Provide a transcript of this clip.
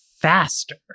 faster